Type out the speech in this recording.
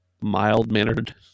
Mild-mannered